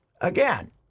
again